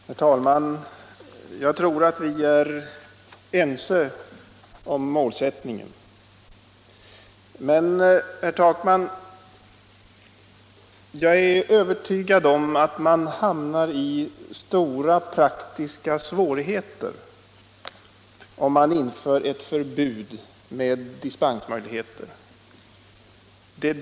Herr talman! Jag tror att vi är ense om målsättningen, men, herr Takman, jag är övertygad om att man hamnar i stora praktiska svårigheter genom en bestämmelse om förbud mot dispensmöjligheter.